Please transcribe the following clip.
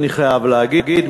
אני חייב להגיד,